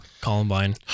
Columbine